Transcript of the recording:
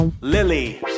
Lily